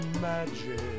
magic